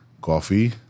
coffee